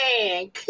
man